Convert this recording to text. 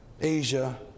Asia